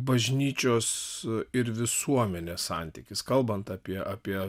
bažnyčios ir visuomenės santykis kalbant apie apie